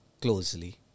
closely